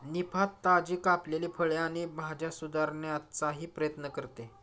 निफा, ताजी कापलेली फळे आणि भाज्या सुधारण्याचाही प्रयत्न करते